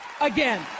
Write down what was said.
again